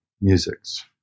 musics